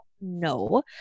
No